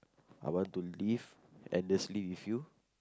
I want to live endlessly with you